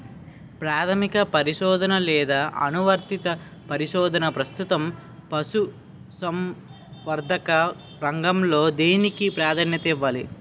ప్రాథమిక పరిశోధన లేదా అనువర్తిత పరిశోధన? ప్రస్తుతం పశుసంవర్ధక రంగంలో దేనికి ప్రాధాన్యత ఇవ్వాలి?